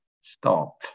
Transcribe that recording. Stop